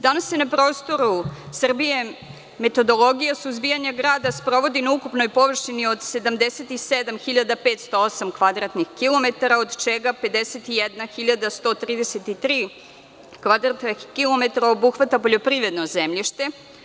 Danas se na prostoru Srbije metodologija suzbijanja grada sprovodi na ukupnoj površini od 77.508 kvadratnih kilometara, od čega 51.133 kvadratnog kilometra obuhvata poljoprivredno zemljište.